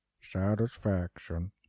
satisfaction